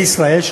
בישראל,